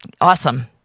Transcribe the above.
Awesome